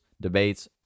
debates